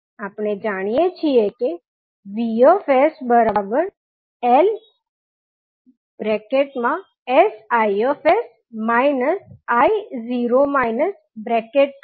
આપણે જાણીએ છીએ કે VsLsIs isLIs Li0